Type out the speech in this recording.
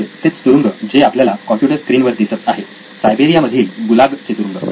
होय तेच तुरुंग जे आपल्याला कॉम्प्युटर स्क्रीन वर दिसत आहे सायबेरिया मधील गुलाग चे तुरुंग